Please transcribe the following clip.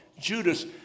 Judas